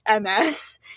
MS